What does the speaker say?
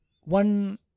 one